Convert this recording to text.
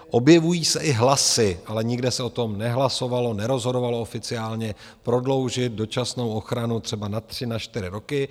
Objevují se i hlasy, ale nikde se o tom nehlasovalo, nerozhodovalo oficiálně, prodloužit dočasnou ochranu třeba na tři, na čtyři roky.